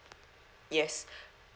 yes